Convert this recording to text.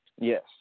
Yes